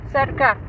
Cerca